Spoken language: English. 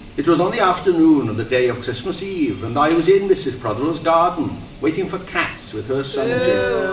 it was on the afternoon of the day of christmas eve, and i was in mrs. prothero's garden, waiting for cats, with her son jim.